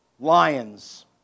Lions